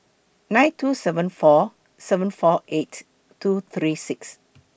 nine two seven four seven four eight two three six